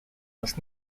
was